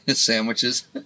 sandwiches